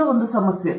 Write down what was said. ಇದೀಗ ಒಂದು ಸಮಸ್ಯೆ